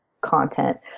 content